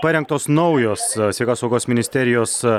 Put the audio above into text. parengtos naujos sveikatos apsaugos ministerijos